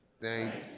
thanks